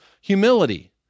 humility